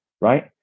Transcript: right